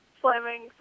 slamming